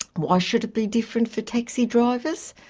why should it be different for taxi drivers?